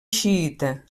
xiïta